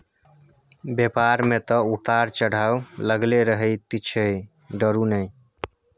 बेपार मे तँ उतार चढ़ाव लागलै रहैत छै डरु नहि